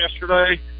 yesterday